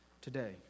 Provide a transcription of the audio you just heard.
today